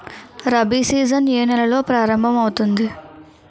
Rabi season ఏ నెలలో ప్రారంభమౌతుంది?